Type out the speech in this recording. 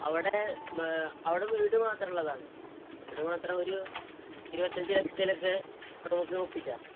അവിടെ അവിടെ വീട് മാത്രമുള്ളതാണ് വീട് മാത്രം ഒരു ഇരുപത്തിയഞ്ച് ലക്ഷത്തിലൊക്കെ നമുക്ക് ഒപ്പിക്കാം